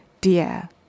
dear